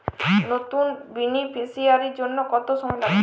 নতুন বেনিফিসিয়ারি জন্য কত সময় লাগবে?